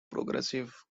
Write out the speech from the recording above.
progressive